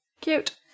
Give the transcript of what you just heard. Cute